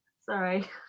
Sorry